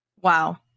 wow